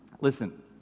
listen